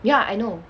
ya I know